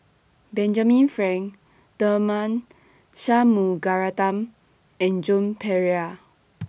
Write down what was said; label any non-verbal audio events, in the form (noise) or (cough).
Benjamin Frank Tharman Shanmugaratnam and Joan Pereira (noise)